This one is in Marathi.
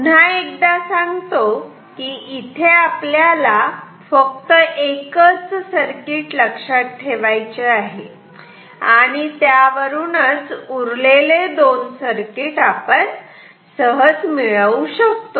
पुन्हा एकदा सांगतो की इथे आपल्याला फक्त एकच सर्किट लक्षात ठेवायचे आहे आणि त्यावरूनच उरलेले दोन सर्किट आपण मिळवू शकतो